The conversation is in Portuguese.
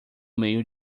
meio